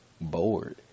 bored